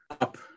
up